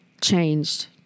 Changed